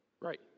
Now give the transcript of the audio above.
Right